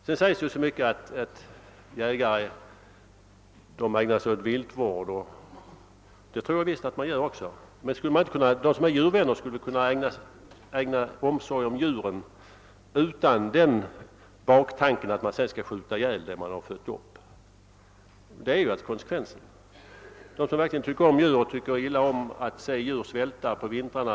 Sedan sägs det att jägarna ägnar sig åt viltvård. Det tror jag nog att de gör. Men skulle inte de som är djurvänliga kunna ägna omsorg åt djuren utan baktanken att sedan skjuta ihjäl dem som man har fött upp. Det blir ju konsekvensen. De som verkligen ömmar för djuren tycker illa om att se dessa svälta under vintrarna.